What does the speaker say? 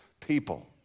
people